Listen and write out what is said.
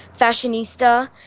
fashionista